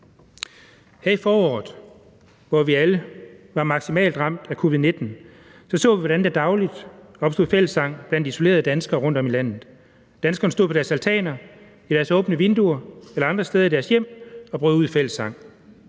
Her i foråret, hvor vi alle var maksimalt ramt af covid-19, så vi, hvordan der dagligt opstod fællessang blandt isolerede danskere rundtom i landet. Danskerne stod på deres altaner, ved deres åbne vinduer eller andre steder i deres hjem og brød ud i fællessang.